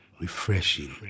Refreshing